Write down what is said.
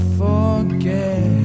forget